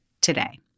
today